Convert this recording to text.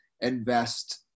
invest